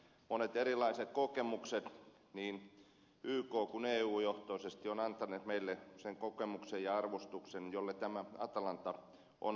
monet erilaiset kokemukset niin yk kuin eu johtoisesti ovat antaneet meille sen kokemuksen ja arvostuksen jolle tämä atalanta on arvokasta jatkoa